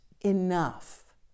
enough